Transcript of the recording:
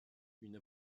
une